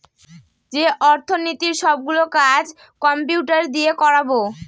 যে অর্থনীতির সব গুলো কাজ কম্পিউটার দিয়ে করাবো